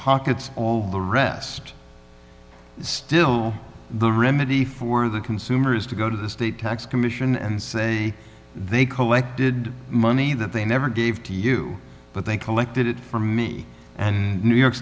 pockets all the rest still the remedy for the consumer is to go to the state tax commission and say they collected money that they never gave to you but they collected it from me and new york